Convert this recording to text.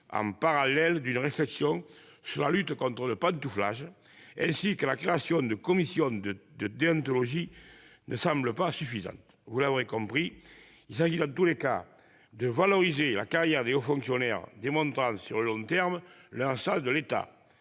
en parallèle d'une réflexion sur la lutte contre le pantouflage. La création de commissions de déontologie ne semble pas suffisante. Vous l'aurez compris, il s'agit dans tous les cas de valoriser la carrière des hauts fonctionnaires démontrant sur le long terme leur sens de l'État,